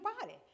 body